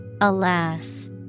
Alas